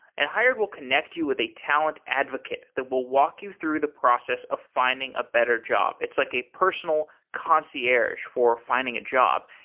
and hired will connect you with a talent advocate that will walk you through the process of finding a better job. it's like a personal concierge for finding a job.